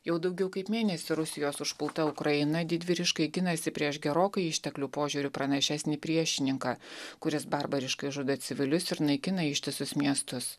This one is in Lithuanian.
jau daugiau kaip mėnesį rusijos užpulta ukraina didvyriškai ginasi prieš gerokai išteklių požiūriu pranašesnį priešininką kuris barbariškai žudo civilius ir naikina ištisus miestus